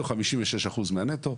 ו-56 אחוז מהנטו.